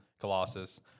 Colossus